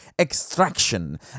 extraction